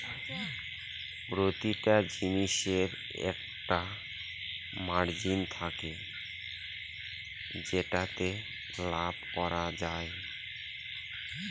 প্রতিটা জিনিসের একটা মার্জিন থাকে যেটাতে লাভ করা যায়